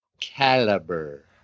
caliber